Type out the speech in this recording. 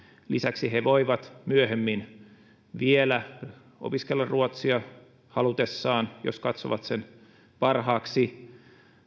lisäksi he voivat myöhemmin vielä opiskella ruotsia halutessaan jos katsovat sen parhaaksi